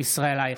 ישראל אייכלר,